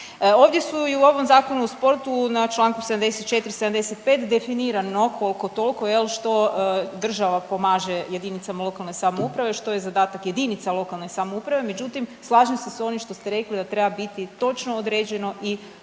Ovdje su i u ovom Zakonu o sportu na Članku 74., 75. definirano koliko toliko jel što država pomaže jedinicama lokalne samouprave što je zadatak jedinica lokalne samouprave međutim slažem se s onim što ste rekli da treba biti točno određeno i